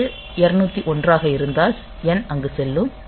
இது 201 ஆக இருந்தால் N அங்கு செல்லும்